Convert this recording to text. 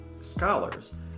scholars